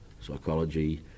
psychology